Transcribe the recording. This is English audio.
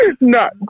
No